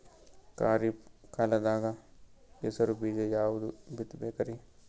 ಖರೀಪ್ ಕಾಲದಾಗ ಹೆಸರು ಬೀಜ ಯಾವದು ಬಿತ್ ಬೇಕರಿ?